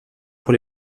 pour